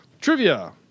Trivia